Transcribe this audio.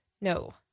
No